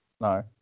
no